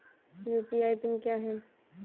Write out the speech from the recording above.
UPI PIN क्या है?